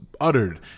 uttered